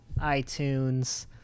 iTunes